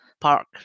park